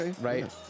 right